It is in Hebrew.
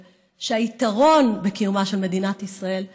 הוא שהיתרון בקיומה של מדינת ישראל,